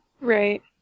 Right